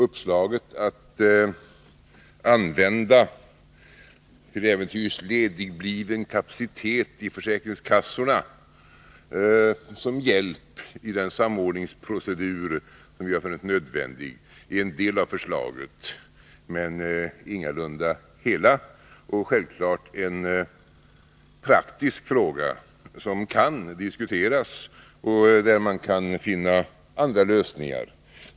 Uppslaget att använda till äventyrs ledigbliven kapacitet vid försäkringskassorna som hjälp i den samordningsprocedur som vi har funnit nödvändig är en del av förslaget, men ingalunda hela. Självfallet är detta en praktisk fråga som kan diskuteras och där man kan finna andra lösningar.